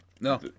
No